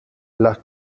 las